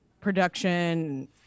production